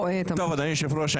אדוני היושב ראש,